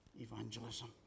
evangelism